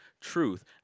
truth